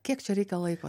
kiek čia reikia laiko